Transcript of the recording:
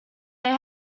they